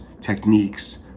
techniques